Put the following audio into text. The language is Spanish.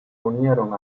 unieron